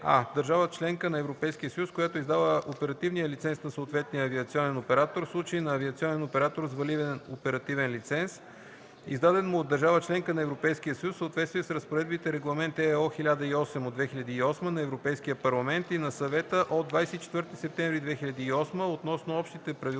а) държавата – членка на Европейския съюз, която е издала оперативния лиценз на съответния авиационен оператор – в случай на авиационен оператор с валиден оперативен лиценз, издаден му от държава – членка на Европейския съюз, в съответствие с разпоредбите на Регламент (ЕО) № 1008/2008 г. на Европейския парламент и на Съвета от 24 септември 2008 г. относно общите правила